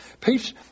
Peace